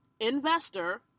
investor